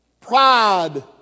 pride